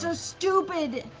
so stupid,